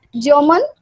German